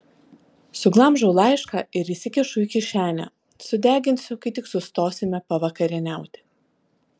suglamžau laišką ir įsikišu į kišenę sudeginsiu kai tik sustosime pavakarieniauti